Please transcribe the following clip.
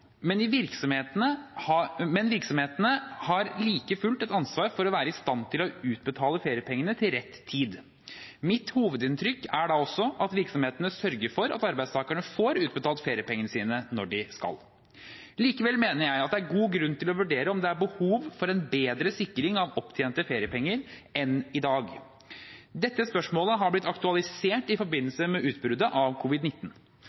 men virksomhetene har like fullt et ansvar for å være i stand til å utbetale feriepengene til rett tid. Mitt hovedinntrykk er da også at virksomhetene sørger for at arbeidstakerne får utbetalt feriepengene sine når de skal. Likevel mener jeg at det er god grunn til å vurdere om det er behov for en bedre sikring av opptjente feriepenger enn i dag. Dette spørsmålet har blitt aktualisert i